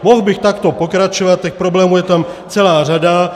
Mohl bych takto pokračovat, těch problémů je tam celá řada.